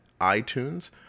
iTunes